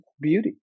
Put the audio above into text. beauty